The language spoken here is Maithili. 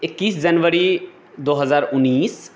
एकैस जनवरी दू हजार उन्नैस